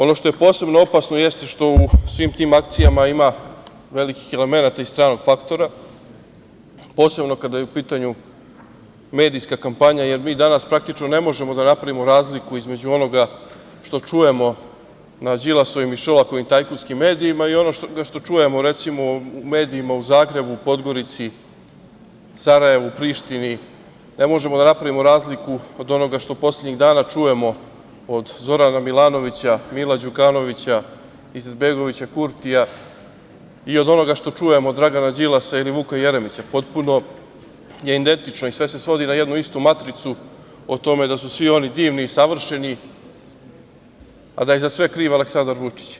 Ono što je posebno opasno jeste što u svim tim akcijama ima velikih elemenata i stranog faktora, posebno kada je u pitanju medijska kampanja, jer mi danas praktično ne možemo da napravimo razliku između onoga što čujemo na Đilasovim i Šolakovim tajkunskim medijima i onoga što čujemo, recimo, u medijima u Zagrebu, Podgorici, Sarajevu, Prištini, ne možemo da napravimo razliku od onoga što poslednjih dana čujemo od Zorana Milanovića, Mila Đukanovića, Izetbegovića, Kurtija i od onoga što čujemo od Dragana Đilasa ili Vuka Jeremića, potpuno je identično i sve se svodi na jednu istu matricu o tome da su svi oni divni i savršeni, a da je za sve kriv Aleksandar Vučić.